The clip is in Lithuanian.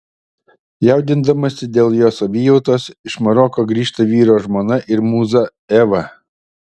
jaudindamasi dėl jo savijautos iš maroko grįžta vyro žmona ir mūza eva